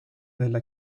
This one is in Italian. della